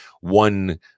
one